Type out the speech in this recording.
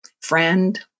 friend